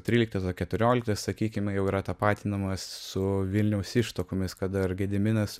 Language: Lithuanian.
tryliktas va keturioliktas sakykime jau yra tapatinamas su vilniaus ištakomis kada gediminas